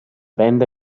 band